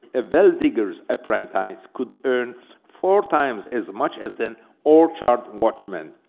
a well-digger's apprentice could earn four times as much as an orchard watchman.